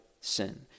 sin